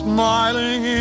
Smiling